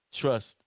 trust